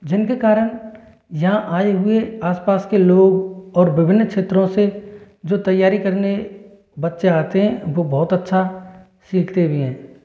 जिनके कारण यहाँ आए हुए आसपास के लोग और विभिन्न क्षेत्रों से जो तैयारी करने बच्चे आते हैं वह बहुत अच्छा सीखते भी है